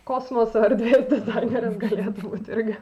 kosmoso erdvės dizainerės galėtų būt irgi